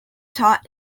taught